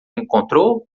encontrou